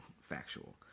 factual